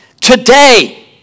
Today